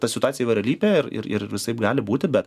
ta situacija įvairialypė ir ir ir visaip gali būti bet